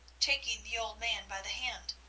taking the old man by the hand.